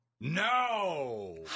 no